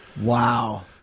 Wow